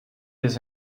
his